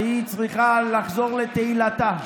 והיא צריכה לחזור לתהילתה,